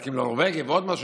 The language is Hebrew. ונורבגי ועוד משהו.